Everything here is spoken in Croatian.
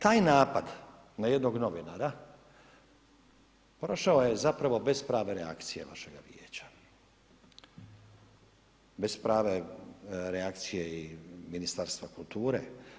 Taj napad na jednog novinara prošao je zapravo bez prave reakcije vašega vijeća, bez prave reakcije i Ministarstva kulture.